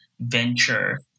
venture